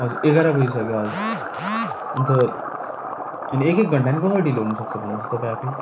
हजुर एघार बजिसक्यो अन्त अनि एक एक घन्टा पनि कसरी ढिलो हुनुसक्छ भन्नुहोस् त तपाईँ आफै